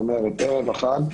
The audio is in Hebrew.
לערב החג,